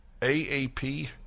AAP